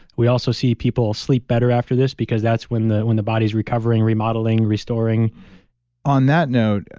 we also see people sleep better after this because that's when the when the body's recovering, remodeling, restoring on that note,